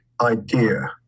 idea